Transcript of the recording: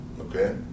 okay